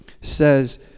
says